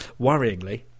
Worryingly